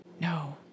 No